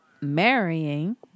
marrying